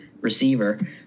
receiver